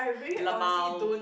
lmao